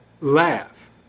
laugh